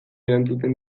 erantzuten